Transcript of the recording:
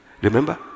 Remember